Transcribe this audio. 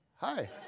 Hi